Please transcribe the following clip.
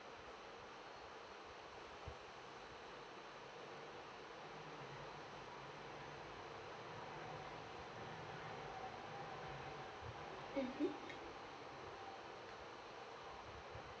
mmhmm